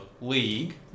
League